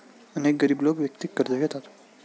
अनेक गरीब लोक वैयक्तिक कर्ज घेतात